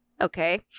okay